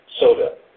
Soda